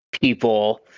People